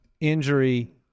injury